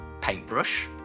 Paintbrush